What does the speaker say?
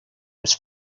was